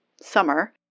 summer